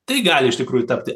tai gali iš tikrųjų tapti